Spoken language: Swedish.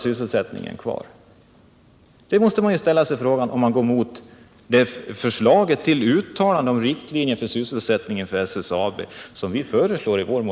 Den frågan måsta man ställa sig när socialdemokraterna går emot förslaget i vår motion om ett uttalande om riktlinjerna för sysselsättningen inom SSAB.